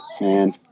Man